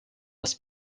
was